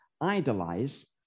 idolize